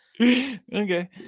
okay